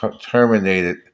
terminated